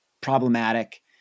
problematic